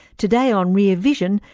today on rear vision,